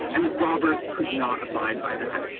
and roberts could not abide by that.